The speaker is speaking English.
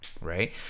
right